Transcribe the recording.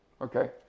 Okay